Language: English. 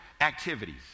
activities